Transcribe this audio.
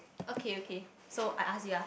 okay okay so I ask you ah